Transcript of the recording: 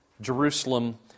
Jerusalem